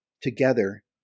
together